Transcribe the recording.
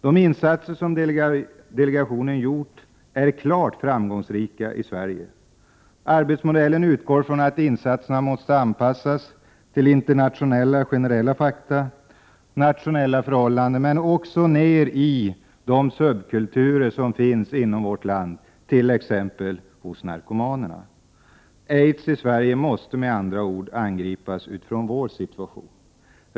De insatser som delegationen gjort i Sverige är klart framgångsrika. Arbetsmodellen utgår från att insatserna måste anpassas till internationella och generella fakta, nationella förhållanden och de subkulturer som finns inom vårt land, t.ex. hos narkomanerna. Aids i Sverige måste med andra ord angripas utifrån vår situation.